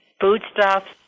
foodstuffs